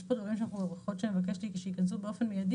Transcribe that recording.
יש פה הארכות שאני ביקשתי שייכנסו באופן מידי